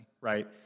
right